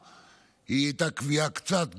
הייתה קביעה קצת גבוהה,